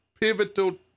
pivotal